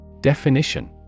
Definition